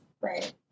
Right